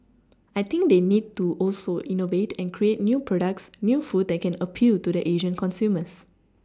I think they need to also innovate and create new products new food that can appeal to the Asian consumers